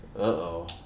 Uh-oh